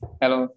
hello